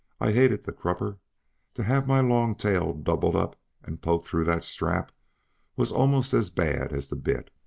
i hated the crupper to have my long tail doubled up and poked through that strap was almost as bad as the bit.